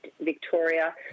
Victoria